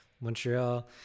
montreal